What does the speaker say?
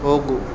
ಹೋಗು